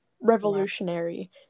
Revolutionary